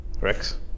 Rex